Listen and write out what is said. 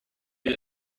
you